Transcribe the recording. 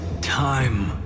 time